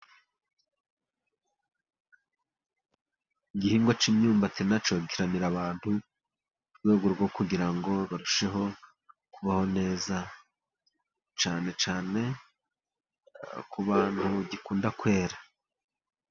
Igihingwa cy'imyumbati na cyo kiramira abantu, mu rwego rwo kugira ngo barusheho kubaho neza cyane cyane ku bantu gikunda kwera.